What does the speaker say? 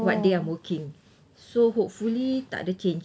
what day I'm working so hopefully tak ada change